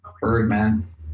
Birdman